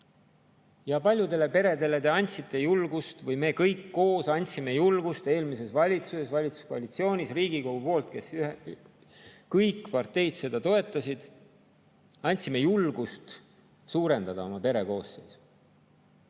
Paljudele peredele te andsite julgust või me kõik koos andsime julgust eelmises valitsuses – valitsuskoalitsioonis, ka Riigikogu kõik parteid seda toetasid – suurendada oma pere koosseisu.